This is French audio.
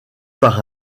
par